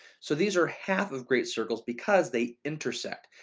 so these are half of great circles because they intersect,